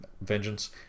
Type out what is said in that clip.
Vengeance